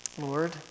Lord